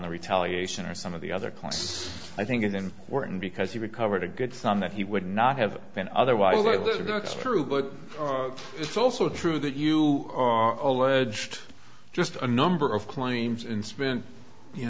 the retaliation or some of the other clocks i think is important because he recovered a good son that he would not have been otherwise i live that's true but it's also true that you are alleged just a number of claims and spent you